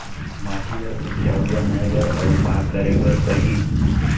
माटी ल उपजाऊ बनाए बर अऊ का करे बर परही?